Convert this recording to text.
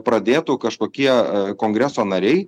pradėtų kažkokie kongreso nariai